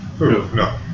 no